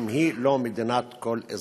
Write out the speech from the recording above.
אם היא לא מדינת כל אזרחיה.